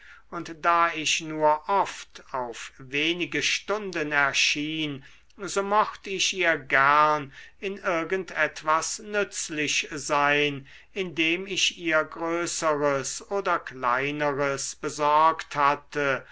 und da ich nur oft auf wenige stunden erschien so mocht ich ihr gern in irgend etwas nützlich sein indem ich ihr größeres oder kleineres besorgt hatte